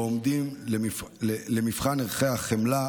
שבו עומדים למבחן ערכי החמלה,